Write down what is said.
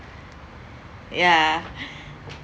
ya